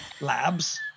Labs